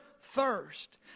thirst